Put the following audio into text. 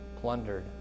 plundered